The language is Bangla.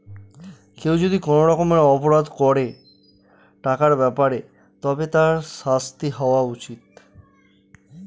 কেউ যদি কোনো রকমের অপরাধ করে টাকার ব্যাপারে তবে তার শাস্তি হওয়া উচিত